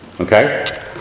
okay